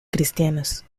cristianos